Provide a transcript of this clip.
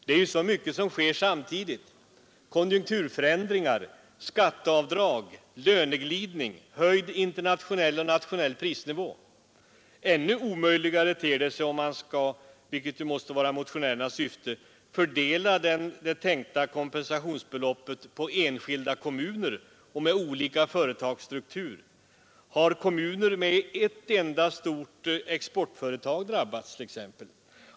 Det är ju så mycket som kommer samtidigt: konjunkturförändringar, skatteavdrag, löneglidning, höjd internationell och nationell prisnivå. Ännu omöjligare ter det sig om man skall — vilket väl är motionärer nas syfte — fördela det tänkta kompensationsbeloppet på enskilda kommuner med olika företagsstruktur. Har t.ex. kommuner med ett enda stort exportföretag drabbats?